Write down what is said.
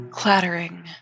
clattering